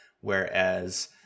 whereas